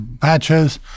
patches